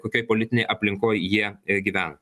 kokioj politinėj aplinkoj jie gyven